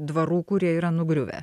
dvarų kurie yra nugriuvę